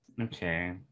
okay